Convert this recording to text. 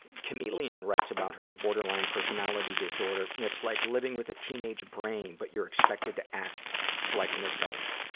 chameleon writes about her borderline personality disorder and it's like living with a teenage brain, but you're expected to act like an adult.